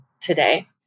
today